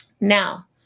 Now